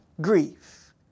grief